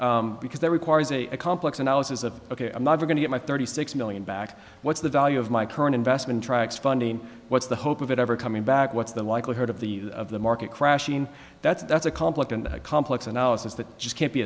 taishan because that requires a complex analysis of ok i'm not going to get my thirty six million back what's the value of my current investment tracks funding what's the hope of it ever coming back what's the likelihood of the of the market crash again that's that's a complex and complex analysis that just can't be